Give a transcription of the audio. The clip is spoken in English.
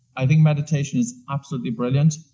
i think mediation is absolutely brilliant,